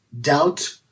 doubt